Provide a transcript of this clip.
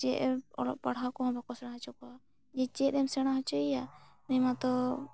ᱪᱮᱫ ᱚᱞᱚᱯᱟᱲᱦᱟᱣ ᱠᱚ ᱚᱞᱚᱠᱚ ᱥᱮᱬᱟ ᱦᱚᱪᱚ ᱠᱚᱣᱟᱟ ᱪᱮᱫ ᱮᱢ ᱥᱮᱬᱟ ᱦᱚᱪᱚᱭᱮᱭᱟ ᱱᱩᱭ ᱢᱟ ᱛᱚ